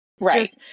Right